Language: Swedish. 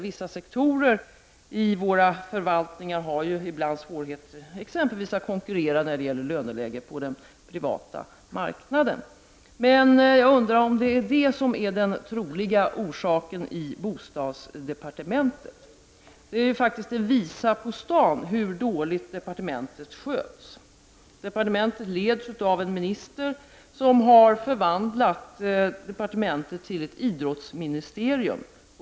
Vissa sektorer av våra förvaltningar har ibland svårigheter, exempelvis när det gäller att konkurrera med löneläget på den privata marknaden. Men jag undrar om det är det som är den troliga orsaken i bostadsdepartementet. Det är faktiskt en visa på stan hur dåligt departementet sköts. Departementet leds av en minister som har förvandlat departementet till ett idrottsministerium.